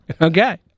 Okay